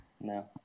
No